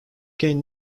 gained